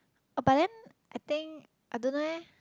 oh but then I think I don't know eh